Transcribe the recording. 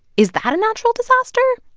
is that a natural disaster?